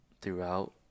throughout